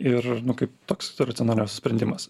ir nu kaip toks tai racionaliausias sprendimas